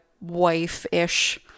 wife-ish